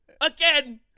Again